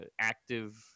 active